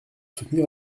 soutenir